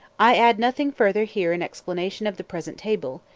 i add nothing further here in explanation of the present table,